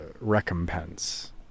recompense